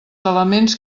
elements